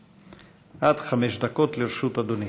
עד חמש דקות לרשות אדוני.